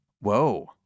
Whoa